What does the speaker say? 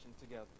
together